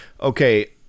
Okay